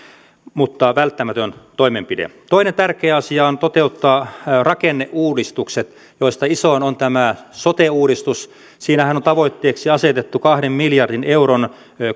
mutta välttämätön toimenpide ensimmäinen tärkeä asia on toteuttaa rakenneuudistukset joista isoin on tämä sote uudistus siinähän on tavoitteeksi asetettu kahden miljardin euron